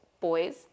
boys